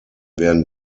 werden